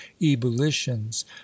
ebullitions